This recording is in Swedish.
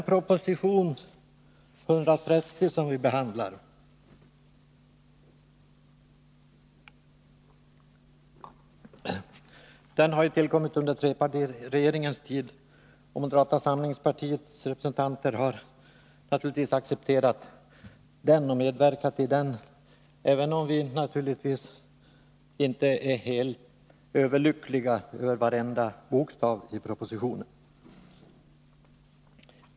Proposition 130, som vi nu behandlar, har tillkommit under trepartiregeringens tid, och moderata samlingspartiets representanter har naturligtvis accepterat den och medverkat till den, även om vi inte är helt överlyckliga över varenda bokstav i propositionen.